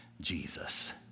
Jesus